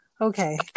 okay